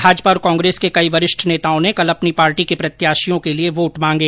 भाजपा और कांग्रेस के कई वरिष्ठ नेताओं ने कल अपनी पार्टी के प्रत्याशियों के लिए वोट मांगे